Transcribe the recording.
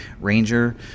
Ranger